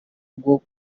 bwo